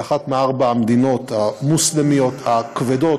היא אחת מארבע המדינות המוסלמיות הכבדות,